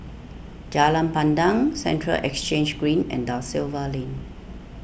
Jalan Pandan Central Exchange Green and Da Silva Lane